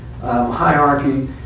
hierarchy